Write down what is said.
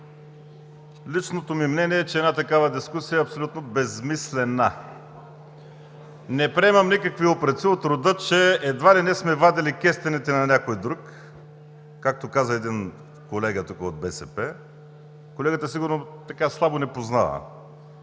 Личното ми мнение, че такава дискусия е абсолютно безсмислена! Не приемам никакви упреци от рода, че едва ли не сме вадили кестените на някой друг, както каза колега от БСП. Колегата сигурно слабо ни познава.